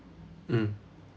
mm